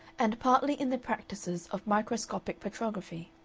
and partly in the practices of microscopic petrography.